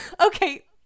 Okay